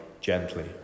gently